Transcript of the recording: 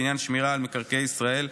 בעניין שמירה על מקרקעי ישראל,